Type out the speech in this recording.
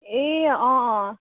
ए अँ अँ